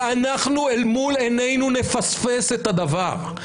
ואנחנו אל מול עינינו נפספס את הדבר,